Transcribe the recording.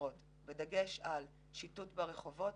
חסרות - בדגש על שיטוט ברחובות.